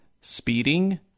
speeding